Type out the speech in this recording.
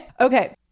Okay